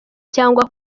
cyangwa